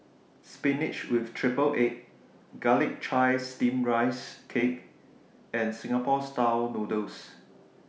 Spinach with Triple Egg Garlic Chives Steamed Rice Cake and Singapore Style Noodles